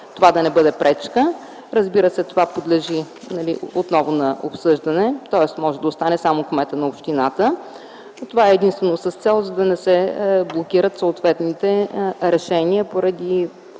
това да не бъде пречка. Разбира се, това подлежи отново на обсъждане, тоест може да остане само кметът на общината. Това е единствено с цел да не се блокират съответните решения поради